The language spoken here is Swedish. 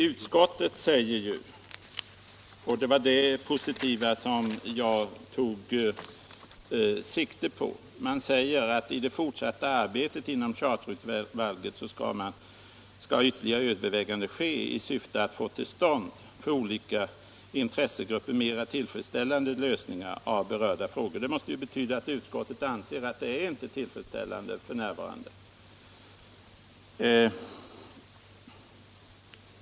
Utskottet anför också att i det fortsatta arbetet inom charterudvalget skall ytterligare överväganden ske i syfte att få till stånd för olika intressegrupper mera tillfredsställande lösningar av berörda frågor. Det måste betyda att utskottet anser att det inte är tillfredsställande f.n.